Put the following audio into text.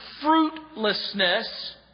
fruitlessness